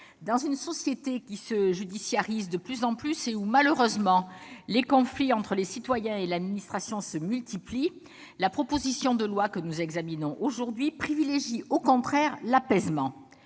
dans une société qui se judiciarise de plus en plus et où, malheureusement, les conflits entre les citoyens et l'administration se multiplient, la proposition de loi que nous examinons aujourd'hui privilégie au contraire l'apaisement.